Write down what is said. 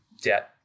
debt